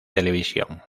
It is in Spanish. televisión